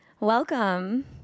Welcome